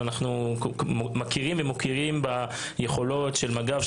אנחנו מכירים ומוקירים ביכולות של מג"ב,